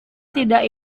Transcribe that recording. tidak